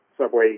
Subway